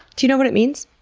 do you know what it means?